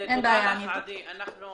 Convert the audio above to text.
תודה לך, עדי, אנחנו